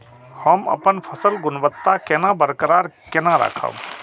हम अपन फसल गुणवत्ता केना बरकरार केना राखब?